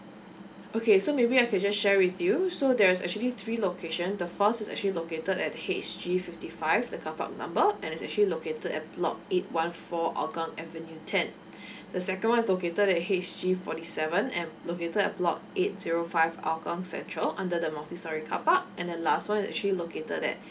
okay so maybe I can just share with you so there's actually three locations the first is actually located at H G fifty five the carpark number and is actually located at block eight one four hougang avenue ten the second is located at H G forty seven and located at block eight zero five hougang central under the multistorey carpark and the last one is actually located at